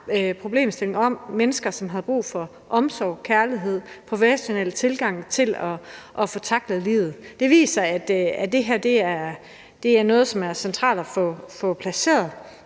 problemstilling om mennesker, som havde brug for omsorg, kærlighed og en professionel tilgang til at få tacklet modgang i livet. Det viser, at det her er noget, som er centralt at få placeret,